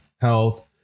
health